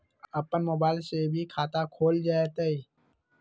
अपन मोबाइल से भी खाता खोल जताईं?